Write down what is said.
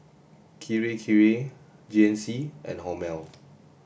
Kirei Kirei G N C and Hormel